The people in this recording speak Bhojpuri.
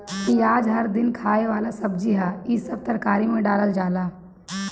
पियाज हर दिन खाए वाला सब्जी हअ, इ सब तरकारी में डालल जाला